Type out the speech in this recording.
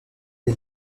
est